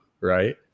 right